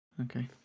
Okay